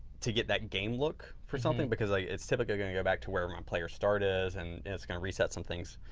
to get that game look for something because like it's typically going to go back to where my player start is and it's going to reset some things.